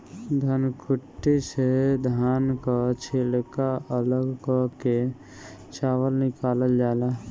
धनकुट्टी से धान कअ छिलका अलग कअ के चावल निकालल जाला